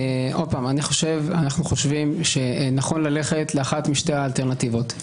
אנחנו חושבים שנכון ללכת לאחת משתי האלטרנטיבות: